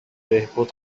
بهبود